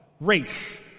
race